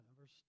Verse